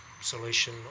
solution